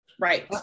Right